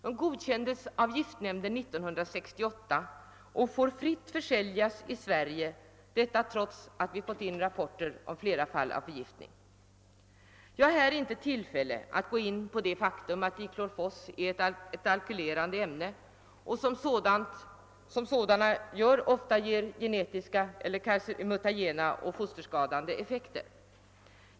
De godkändes av giftnämnden 1968 och får fritt försäljas i Sverige, trots att vi får in allt fler rapporter om fall av förgiftning. Jag kan här inte gå in på det faktum att diklorvos är ett alkylerande ämne och därför i mycket hög grad kan ge genetiska eller mutagena och fosterskadande effekter.